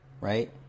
right